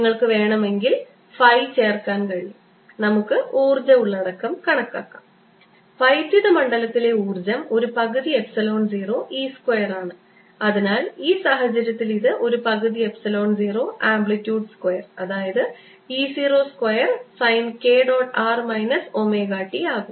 നിങ്ങൾക്ക് വേണമെങ്കിൽ നിങ്ങൾക്ക് φ ചേർക്കാൻ കഴിയും നമുക്ക് ഊർജ്ജ ഉള്ളടക്കം കണക്കാക്കാം വൈദ്യുത മണ്ഡലത്തിലെ ഊർജ്ജം ഒരു പകുതി എപ്സിലോൺ 0 E സ്ക്വയർ ആണ് അതിനാൽ ഈ സാഹചര്യത്തിൽ ഇത് ഒരു പകുതി എപ്സിലോൺ 0 ആംപ്ലിറ്റ്യൂഡ് സ്ക്വയർ അതായത് E 0 square sine k dot r minus omega t ആകും